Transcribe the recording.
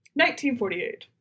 1948